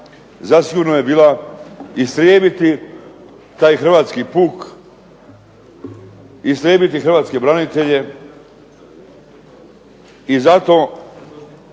zasigurno je bila istrijebiti taj hrvatski puk, istrijebiti Hrvatske branitelje. I zato